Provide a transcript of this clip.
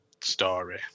story